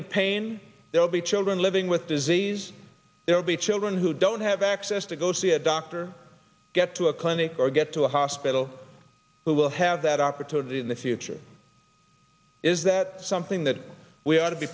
in pain there will be children living with disease there will be children who don't have access to go see a doctor get to a clinic or get to a hospital who will have that opportunity in the future is that something that we ought to be